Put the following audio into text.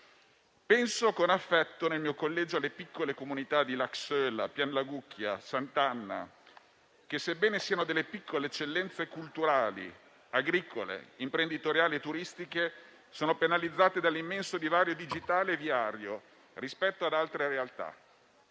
Penso con affetto, nel mio collegio, ad alcune piccole comunità, Gusciola, Piandelagotti e Sant'Anna Pelago che, sebbene siano delle piccole eccellenze culturali, agricole, imprenditoriali e turistiche, sono penalizzate dall'immenso divario digitale e viario rispetto ad altre realtà.